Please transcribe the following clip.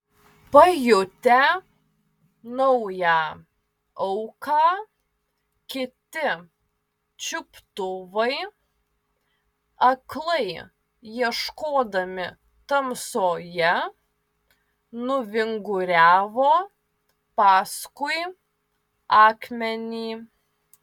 pajutę naują auką kiti čiuptuvai aklai ieškodami tamsoje nuvinguriavo paskui akmenį